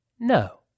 No